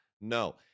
no